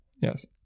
Yes